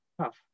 tough